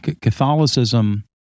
Catholicism